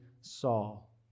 Saul